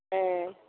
ᱦᱮᱸᱻ